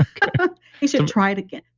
he should try it again.